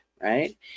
right